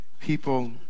people